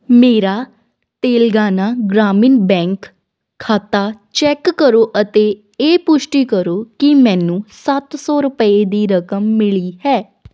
ਮੇਰਾ ਤੇਲੰਗਾਨਾ ਗ੍ਰਾਮੀਣ ਬੈਂਕ ਖਾਤਾ ਚੈੱਕ ਕਰੋ ਅਤੇ ਇਹ ਪੁਸ਼ਟੀ ਕਰੋ ਕੀ ਮੈਨੂੰ ਸੱਤ ਸੌ ਰੁਪਏ ਦੀ ਰਕਮ ਮਿਲੀ ਹੈ